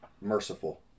merciful